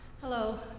Hello